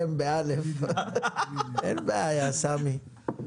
אין בעיה, סמי.